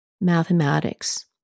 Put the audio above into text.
mathematics